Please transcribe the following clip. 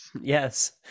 Yes